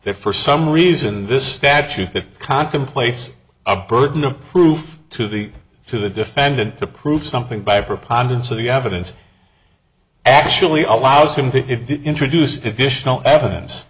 there for some reason this statute that contemplates a burden of proof to the to the defendant to prove something by preponderance of the evidence actually allows him to introduce additional evidence